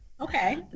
Okay